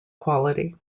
quality